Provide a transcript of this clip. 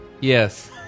yes